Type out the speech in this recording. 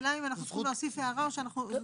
השאלה היא אם אנחנו צריכים להוסיף הערה או שאנחנו מסתפקים